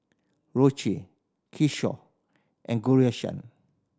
Rohit Kishore and Ghanshyam